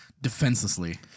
defenselessly